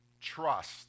trust